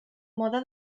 mode